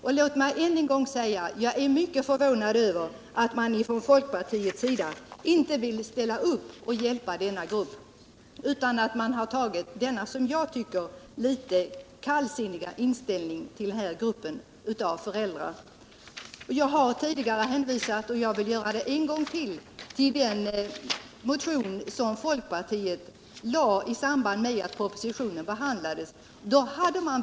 Och låt mig än en gång säga att jag är mycket förvånad över att man från folkpartiets sida inte vill ställa upp och hjälpa den här gruppen, utan att man har en, som jag tycker, kallsinnig inställning till denna grupp av föräldrar. Jag har tidigare nämnt, och jag vill ännu en gång hänvisa till, den motion som folkpartiet lade fram i samband med att propositionen 1975/76:133 behandlades.